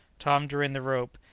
tom drew in the rope.